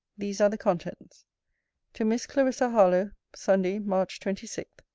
these are the contents to miss clarissa harlowe sunday, march twenty six.